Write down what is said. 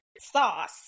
sauce